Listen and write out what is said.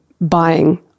buying